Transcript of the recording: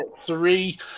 three